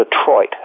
Detroit